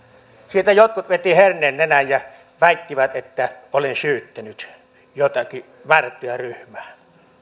siitä jotkut vetivät herneen nenään ja väittivät että olin syyttänyt jotakin määrättyä ryhmää